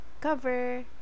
cover